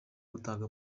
gutanga